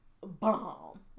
bomb